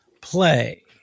play